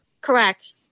Correct